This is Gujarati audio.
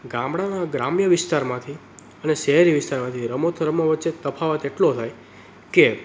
ગામડાના ગ્રામ્ય વિસ્તારમાંથી અને શહેરી વિસ્તારમાંથી રમતો રમવા વચ્ચે તફાવત એટલો થાય કે